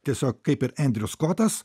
tiesiog kaip ir endriu skotas